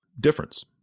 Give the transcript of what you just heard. difference